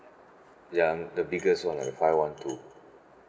ya the biggest one the five one two